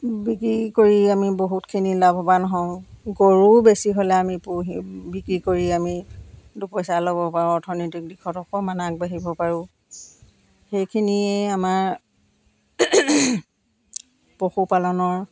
বিক্ৰী কৰি আমি বহুতখিনি লাভৱান হওঁ গৰুও বেছি হ'লে আমি পুহি বিক্ৰী কৰি আমি দুপইচা ল'ব পাৰোঁ অৰ্থনৈতিক দিশত অকণমান আগবাঢ়িব পাৰোঁ সেইখিনিয়ে আমাৰ পশুপালনৰ